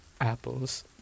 apples